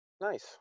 Nice